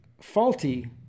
faulty